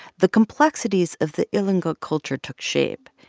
the complexities of the ilongot culture took shape.